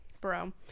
bro